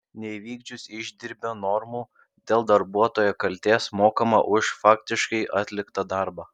neįvykdžius išdirbio normų dėl darbuotojo kaltės mokama už faktiškai atliktą darbą